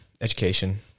education